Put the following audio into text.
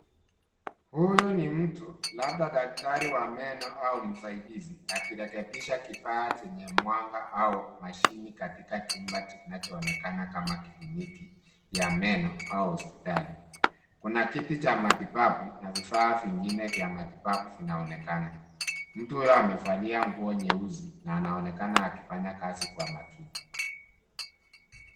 Huyu ni mtu labda daktari wa meno au msaidizi akirekebisha kifaa chenye mwanga au mashini katika chumba kinacho onekana kama wa kliniki ya meno au hospitali. Kuna kiti cha matibabu na vifaa vingine vya matibabu vinaonekana, mtu huyo amevalia nguo nyeusi na ana onekana akifanya kazi kwa umakini.